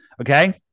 Okay